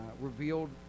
revealed